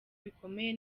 bikomeye